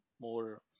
more